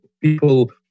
people